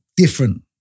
Different